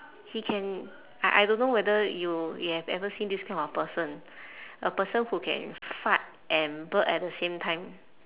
he can I I don't know whether you you have ever seen this kind of person a person who can fart and burp at the same time